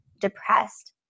depressed